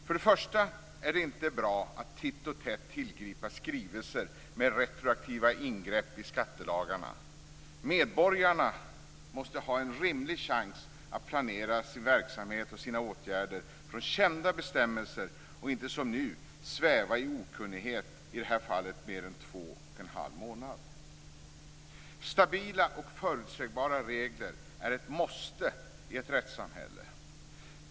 För det första är det inte bra att titt och tätt tillgripa skrivelser med retroaktiva ingrepp i skattelagarna. Medborgarna måste ha en rimlig chans att planera sin verksamhet och sina åtgärder med utgångspunkt från kända bestämmelser och inte som nu sväva i okunnighet, i det här fallet i mer än två och en halv månad. Stabila och förutsägbara regler är ett måste i ett rättssamhälle.